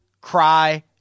cry